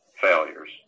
failures